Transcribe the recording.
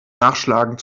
nachschlagen